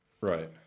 Right